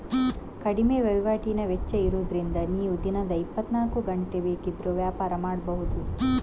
ಕಡಿಮೆ ವೈವಾಟಿನ ವೆಚ್ಚ ಇರುದ್ರಿಂದ ನೀವು ದಿನದ ಇಪ್ಪತ್ತನಾಲ್ಕು ಗಂಟೆ ಬೇಕಿದ್ರೂ ವ್ಯಾಪಾರ ಮಾಡ್ಬಹುದು